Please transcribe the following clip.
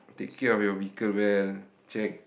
take care of your vehicle well check